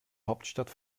hauptstadt